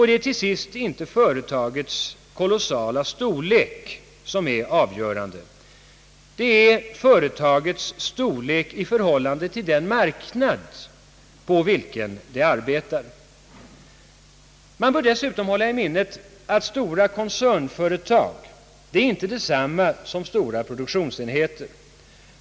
Det är till sist inte företagets kolossala storlek som är avgörande utan det är företagets storlek i förhållande till den marknad på vilken det arbetar. Man bör dessutom hålla i minnet att stora koncernföretag inte är detsamma som stora produktionsenheter.